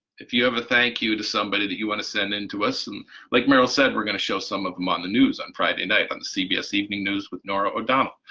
if you have thank you to somebody that you want to send in to us, and like meryl said we're gonna show some of them on the news on friday night on the cbs evening news with norah o'donnell,